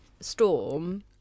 storm